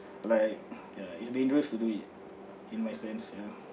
like ya it's dangerous to do it in my pants ya